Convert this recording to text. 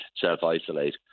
self-isolate